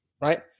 right